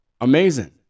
Amazing